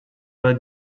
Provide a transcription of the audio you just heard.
were